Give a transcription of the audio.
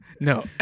No